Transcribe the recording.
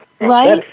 Right